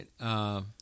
Right